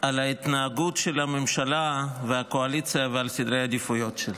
על ההתנהגות של הממשלה והקואליציה ועל סדרי העדיפויות שלה.